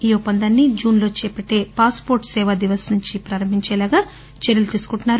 ఈ ఒప్పందాన్ని జూన్లో చేపట్టే పాస్పోర్టు సేవా దివస్ నుంచి ప్రారంభించేలా చర్యలు తీసుకుంటున్నారు